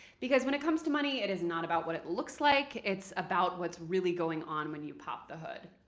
because when it comes to money, it is not about what it looks like. it's about what's really going on when you pop the hood.